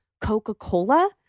Coca-Cola